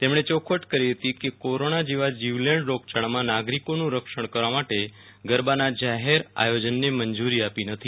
તેમણે ચોખવટ કરી છે કે કોરોના જેવા જીવલેણ રોગયાળામાં નાગરિકોનું રક્ષણ કરવા માટે ગરબાના જાહેર આયોજનને મંજૂરી આપી નથી